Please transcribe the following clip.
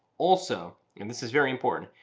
also and this is very important,